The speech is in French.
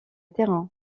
terrain